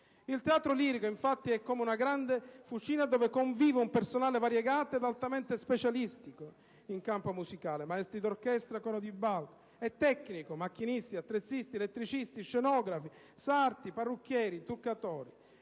Il teatro lirico, infatti, è come una grande fucina dove convive un personale variegato e altamente specialistico in campo musicale (maestri, orchestra, coro e ballo) e tecnico (macchinisti, attrezzisti, elettricisti, scenografi, sarti, parrucchieri, truccatori)